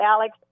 Alex